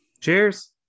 cheers